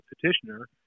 petitioner